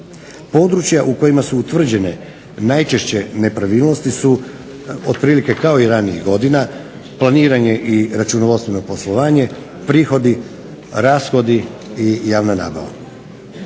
Područja u kojima su utvrđene najčešće nepravilnosti su otprilike kao i ranijih godina planiranje i računovodstveno poslovanje, prihodi, rashodi i javna nabava.